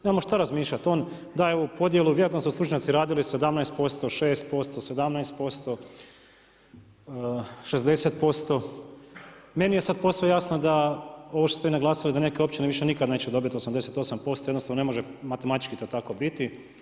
Nemamo šta razmišljat, on daje ovu podjelu, vjerojatno su stručnjaci radili, 17%, 6%, 17%, 60%. meni je sad posve jasno da ovo što ste vi naglasili da neke općine više nikad neće dobiti 88%, jednostavno ne može matematički to tako biti.